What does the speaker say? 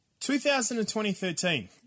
2013